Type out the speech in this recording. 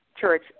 church